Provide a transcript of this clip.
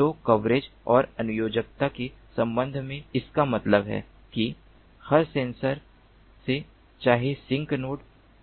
तो कवरेज और अनुयोजकता के संबंध में इसका मतलब है कि हर सेंसर से चाहे सिंक नोड